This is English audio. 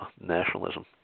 nationalism